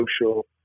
social